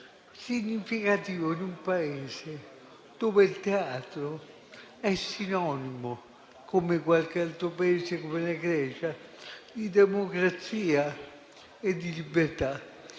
significativo in un Paese dove il teatro è sinonimo - come avviene in altri Paesi come la Grecia - di democrazia e di libertà.